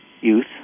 youth